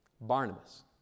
Barnabas